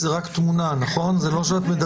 זה לא קשור כהוא זה לחקירה הפלילית.